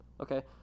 okay